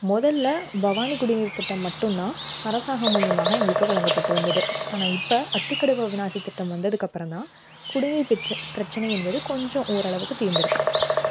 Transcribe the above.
முதல்ல பவானி குடிநீர் திட்டம் மட்டும் தான் அரசாங்கம் மூலயமாக எங்களுக்கு வழங்கப்பட்டு வந்தது ஆனால் இப்போ அத்திக்கடவு அவிநாசி திட்டம் வந்ததுக்கு அப்புறம் தான் குடிநீர் பிரச்ச பிரச்சினை என்பது கொஞ்சம் ஓரளவுக்கு தீர்ந்துருக்குது